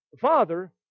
father